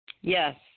Yes